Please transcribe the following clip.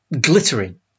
glittering